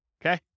Okay